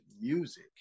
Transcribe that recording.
music